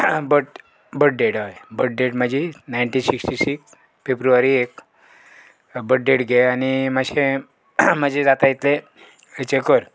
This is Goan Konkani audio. बड बट डेट हय डेट म्हाजी नायन्टी सिक्स्टी सिक्स फेब्रुवारी एक डेट घे आनी मातशें म्हाजें जाता तितलें हेचें कर